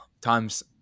times